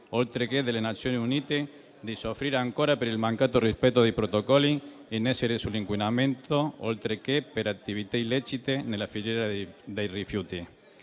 oltreché delle Nazioni Unite, di soffrire ancora per il mancato rispetto dei protocolli in essere sull'inquinamento, oltre che per attività illecite nella filiera dei rifiuti.